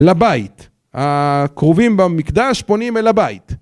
לבית, הכרובים במקדש פונים אל הבית.